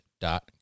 dot